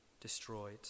destroyed